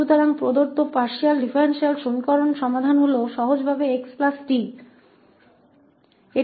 अतः दिए गए पार्शियल डिफरेंशियल एक्वेशन का हल केवल है